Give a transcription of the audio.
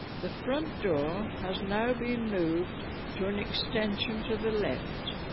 the front door has now been moved to an extension to the left